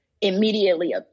immediately